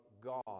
God